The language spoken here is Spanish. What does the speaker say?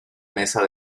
mesa